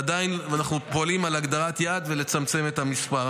ואנחנו פועלים על הגדרת יעד וצמצום המספר.